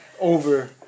over